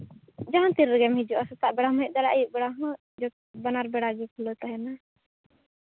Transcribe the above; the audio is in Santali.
ᱡᱟᱦᱟᱸ ᱛᱤ ᱨᱮᱜᱮᱢ ᱦᱤᱡᱩᱜᱼᱟ ᱥᱮᱛᱟᱜ ᱵᱮᱲᱟ ᱦᱚᱸᱢ ᱦᱮᱡ ᱫᱟᱲᱮᱭᱟᱜᱼᱟ ᱟᱹᱭᱩᱵ ᱵᱮᱲᱟ ᱦᱚᱸ ᱵᱟᱱᱟᱨ ᱵᱮᱲᱟᱜᱮ ᱠᱷᱩᱞᱟᱹᱣ ᱛᱟᱦᱮᱱᱟ